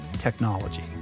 technology